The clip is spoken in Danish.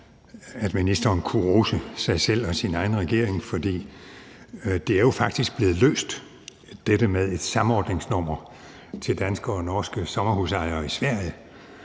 at ministeren kan rose sig selv og sin egen regering for faktisk at have været med til at løse dette med et samordningsnummer til danske og norske sommerhusejere i Sverige,